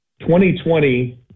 2020